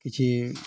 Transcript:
କିିଛି